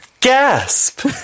Gasp